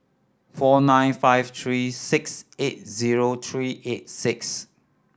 four nine five three six eight zero three eight six